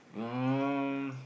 um